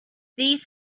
these